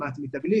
שמעת על תגלית,